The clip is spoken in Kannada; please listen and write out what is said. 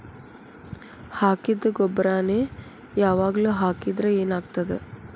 ಹಾಕಿದ್ದ ಗೊಬ್ಬರಾನೆ ಯಾವಾಗ್ಲೂ ಹಾಕಿದ್ರ ಏನ್ ಆಗ್ತದ?